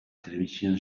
television